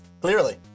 Clearly